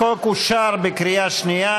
החוק אושר בקריאה שנייה.